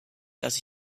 dass